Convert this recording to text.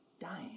dying